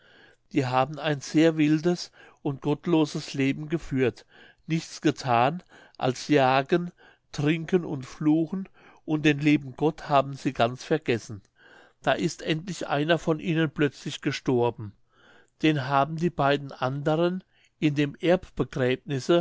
die haben ein sehr wildes und gottloses leben geführt nichts gethan als jagen trinken und fluchen und den lieben gott haben sie ganz vergessen da ist endlich einer von ihnen plötzlich gestorben den haben die beiden anderen in dem